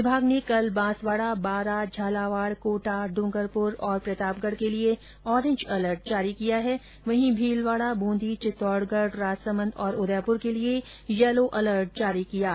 विभाग ने कल बांसवाड़ा बारा झालावाड़ कोटा डूंगरपुर और प्रतापगढ के लिए ऑरेंज अलर्ट जारी किया है वहीं भीलवाडा ब्रंदी चित्तोड़गढ राजसमंद और उदयपुर के लिए येलो अलर्ट जारी किया गया है